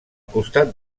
costat